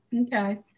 okay